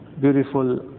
beautiful